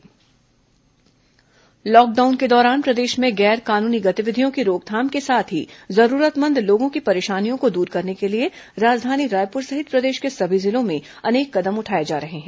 corona जिला lockdown के दौरान प्रदेश में गैर कानूनी गतिविधियों की रोकथाम के साथ ही जरूरतमंद लोगों की परेशानियों को दूर करने के लिए राजधानी रायपुर सहित प्रदेश के सभी जिलों में अनेक कदम उठाए जा रहे हैं